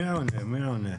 מי עונה?